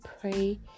pray